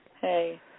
Hey